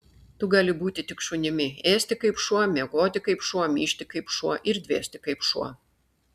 tu gali būti tik šunimi ėsti kaip šuo miegoti kaip šuo myžti kaip šuo ir dvėsti kaip šuo